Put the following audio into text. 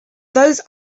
those